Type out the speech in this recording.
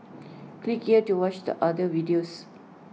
click here to watch the other videos